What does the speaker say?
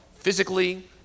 Physically